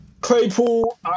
Claypool